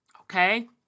okay